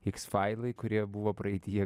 x failai kurie buvo praeityje